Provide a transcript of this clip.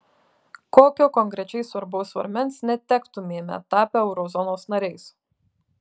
kokio konkrečiai svarbaus svarmens netektumėme tapę eurozonos nariais